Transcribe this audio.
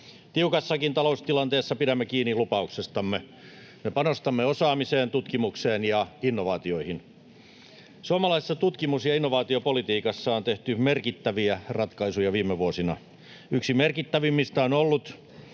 Tiukassakin taloustilanteessa pidämme kiinni lupauksestamme: me panostamme osaamiseen, tutkimukseen ja innovaatioihin. Suomalaisessa tutkimus- ja innovaatiopolitiikassa on tehty merkittäviä ratkaisuja viime vuosina. Yksi merkittävimmistä on ollut,